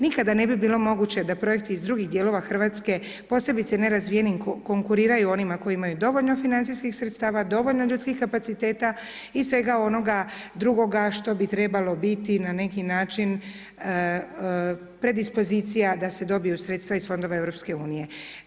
Nikada ne bi bilo moguće da projekti iz drugih dijelova Hrvatske posebice nerazvijenim konkuriraju onima koji imaju dovoljno financijskih sredstava, dovoljno ljudskih kapaciteta i svega onoga drugoga što bi trebalo biti na neki način predispozicija da se dobiju sredstva iz fondova Europske unije.